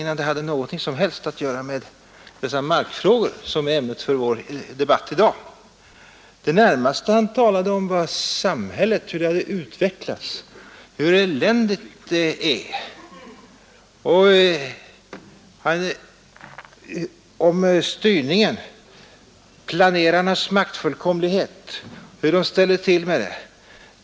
Jag undrade ett ögonblick var jag befann mig, i vilken diskussion jag över huvud taget var inblandad. Det närmaste han talade om var samhället, hur det har utvecklats, hur eländigt det är, om styrningen, planerarnas maktfullkomlighet, vad de ställer till med.